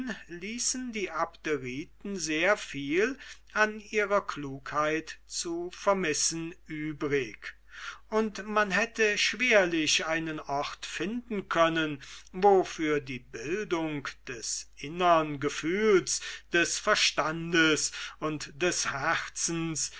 ließen die abderiten sehr viel an ihrer klugheit zu vermissen übrig und man hätte schwerlich einen ort finden können wo für die bildung des innern gefühls des verstandes und des herzens